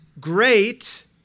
great